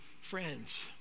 friends